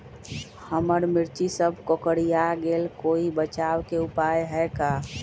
हमर मिर्ची सब कोकररिया गेल कोई बचाव के उपाय है का?